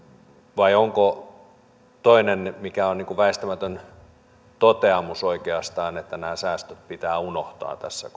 vai onko toinen väistämätön toteamus oikeastaan että nämä säästöt pitää unohtaa tässä